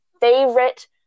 favorite